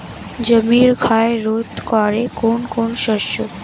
জমির ক্ষয় রোধ করে কোন কোন শস্য?